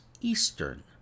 EASTERN